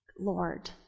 Lord